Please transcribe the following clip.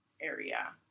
area